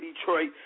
Detroit